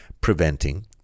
preventing